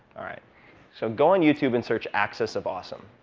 so go on youtube and search axis of awesome.